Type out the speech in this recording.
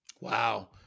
Wow